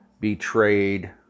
betrayed